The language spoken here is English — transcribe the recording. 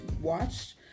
watched